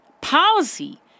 policy